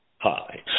Hi